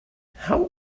how